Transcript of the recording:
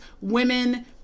women